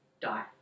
die